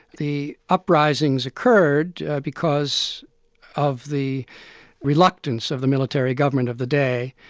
the uprisings occurred because of the reluctance of the military government of the day.